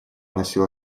носил